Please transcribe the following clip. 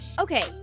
Okay